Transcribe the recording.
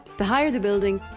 the higher the building,